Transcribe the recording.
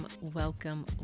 welcome